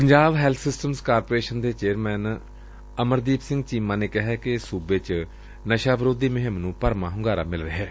Punjab health systems corporation ਦੇ chairman Amardeep Singh Cheema ਨੇ ਕਿਹਾ ਕਿ ਸੁਬੇ ਚ ਨਸ਼ਾ ਵਿਰੋਧੀ ਮੁਹਿੰਮ ਨੁੰ ਭਰਵਾਂ ਹੁੰਗਾਰਾ ਮਿਲ ਰਿਹੈ